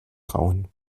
trauen